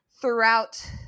throughout